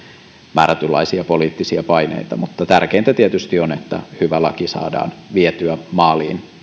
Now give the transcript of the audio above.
määrätynlaisia poliittisia paineita tärkeintä tietysti on että hyvä laki saadaan vietyä maaliin